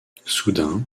soudain